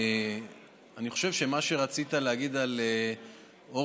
אני חושב שמה שרצית להגיד על אורבך,